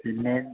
പിന്നെ